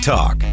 Talk